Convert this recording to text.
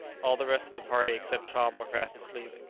all the rest of the party, except tom, were fast asleep.